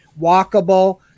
walkable